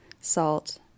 salt